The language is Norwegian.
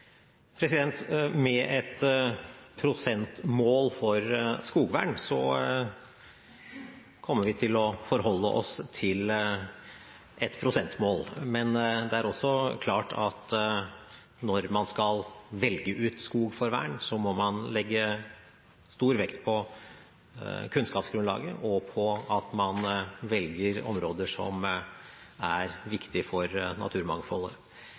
Med et prosentmål for skogvern kommer vi til å forholde oss til et prosentmål. Men det er også klart at når man skal velge ut skog for vern, må man legge stor vekt på kunnskapsgrunnlaget og på at man velger områder som er viktig for naturmangfoldet.